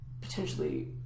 potentially